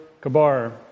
Kabar